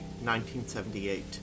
1978